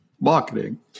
marketing